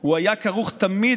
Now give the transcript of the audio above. הוא היה כרוך תמיד,